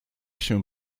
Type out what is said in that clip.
się